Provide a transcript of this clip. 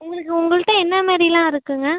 உங்களுக்கு உங்ககிட்ட என்ன மாதிரிலாம் இருக்குதுங்க